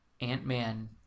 Ant-Man